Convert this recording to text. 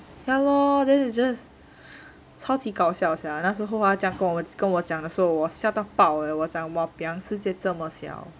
ya lor then it's just 超级搞笑 sia 那时候他这样跟我讲的时候说我吓到爆我讲 !wahpiang! 世界这么小